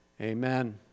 Amen